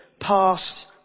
passed